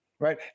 right